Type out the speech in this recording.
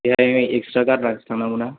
बेहाय नोङो एक्स' टाका आद्राजों थांनांगौ ना